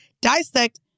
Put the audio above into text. dissect